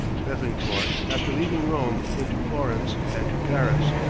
bethencourt after leaving rome went to florence and to paris,